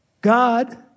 God